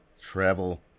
Travel